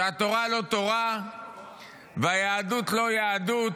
שהתורה לא תורה והיהדות לא יהדות,